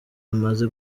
amaze